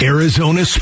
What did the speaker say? Arizona